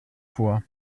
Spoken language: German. vor